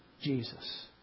Jesus